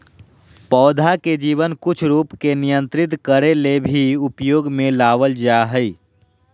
पौधा के जीवन कुछ रूप के नियंत्रित करे ले भी उपयोग में लाबल जा हइ